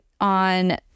on